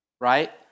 right